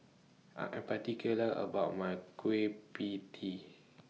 I Am particular about My Kueh PIE Tee